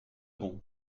bons